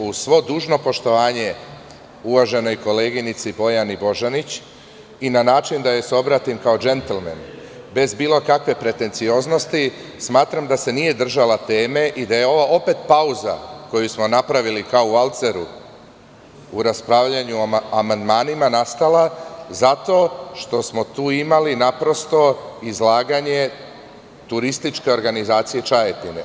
Uz svo dužno poštovanje uvaženoj koleginici Bojani Božanić i na način da joj se obratim kao džentlmen, bez bilo kakve pretencioznosti, smatram da se nije držala teme i da je opet ova pauza koju smo napravili, kao u valceru, u raspravljanju o amandmanima nastala zato što smo tu imali naprosto izlaganje turističke organizacije Čajetina.